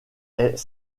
est